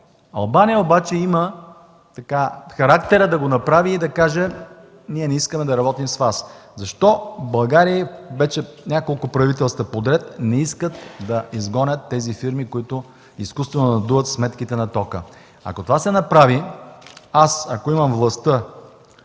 Албания обаче имá характер да го направи и да каже: „Ние не искаме да работим с Вас!”. Защо в България вече няколко правителства поред не искат да изгонят тези фирми, които изкуствено надуват сметките на тока? Ако това се направи... Ако аз имам властта